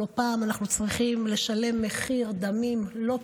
לא פעם אנחנו צריכים לשלם מחיר דמים לא פשוט.